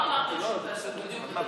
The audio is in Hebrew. לא אמרתם שתעשו בדיוק,